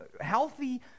healthy